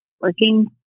working